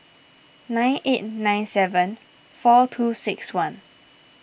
nine eight nine seven four two six one